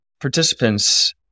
participants